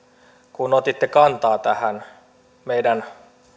kun otitte kantaa tähän meidän